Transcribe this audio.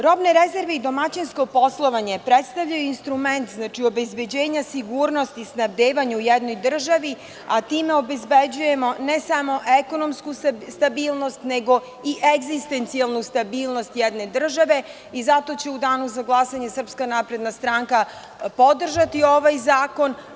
Robne rezerve i domaćinsko poslovanje predstavljaju instrument obezbeđenja sigurnosti, snabdevanja u jednoj državi, a time obezbeđujemo ne samo ekonomsku stabilnost nego i egzistencijalnu stabilnost jedne države i zato će u danu za glasanje SNS podržati ovaj zakon.